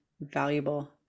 valuable